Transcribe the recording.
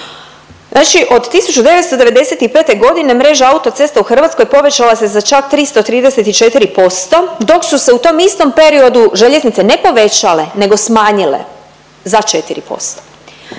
Znači od 1995. godine mreža autocesta u Hrvatskoj povećala se za čak 334% dok su se u tom istom periodu željeznice ne povećale nego smanjile za 4%.